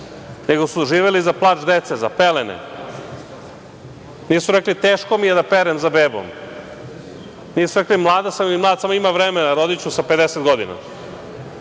nego su živeli za plač dece, za pelene. Nisu rekli, teško mi je da perem za bebom, nisu rekli mlada sam ili mlad sam, ima vremena, rodiću sa 50 godina,